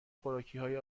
خوراکیهای